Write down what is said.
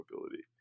mobility